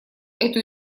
эту